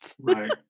Right